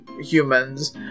humans